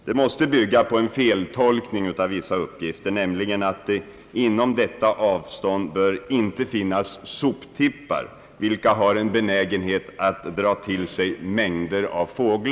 Detta måste bygga på en feltolkning av vissa uppgifter, nämligen att inom det avståndet inte bör finnas soptippar, vilka har en benägenhet att dra till sig mängder av fåglar.